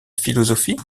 philosophie